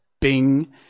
Bing